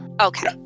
Okay